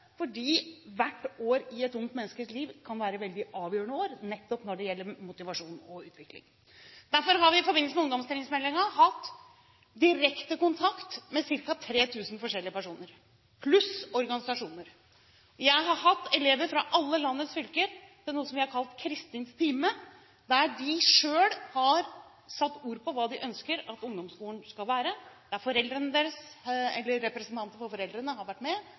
fordi hvert år i et ungt menneskes liv kan være veldig avgjørende nettopp når det gjelder motivasjon og utvikling. Derfor har vi i forbindelse med ungdomstrinnsmeldingen hatt direkte kontakt med ca. 3 000 forskjellige personer pluss organisasjoner. Jeg har hatt elever fra alle landets fylker til noe vi har kalt Kristins time, der de selv har satt ord på hva de ønsker at ungdomsskolen skal være. Representanter for foreldrene har vært med, og lærere har også kommet med